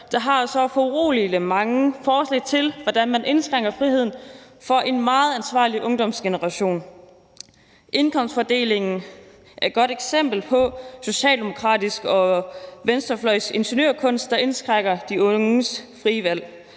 der har så foruroligende mange forslag til, hvordan man indskrænker friheden for en meget ansvarlig ungdomsgeneration. Indkomstfordelingen er et godt eksempel på socialdemokratisk ingeniørkunst og venstrefløjsingeniørkunst, der indskrænker de unges frie valg.